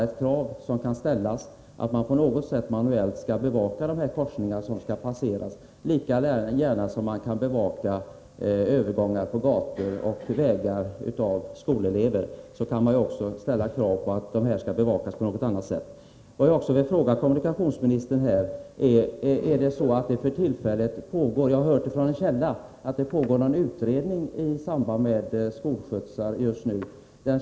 Ett krav som kan ställas är att man på något sätt skall bevaka de korsningar som skall passeras. Lika gärna som skolelever kan bevaka övergångar på gator och vägar kan järnvägskorsningarna bevakas. Jag vill också fråga kommunikationsministern om det är så att det för tillfället pågår — jag har nämligen hört det — någon utredning som har samband med skolskjutsar.